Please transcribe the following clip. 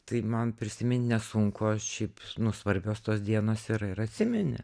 tai man prisimint nesunku aš šiaip nu svarbios tos dienos yra ir atsimeni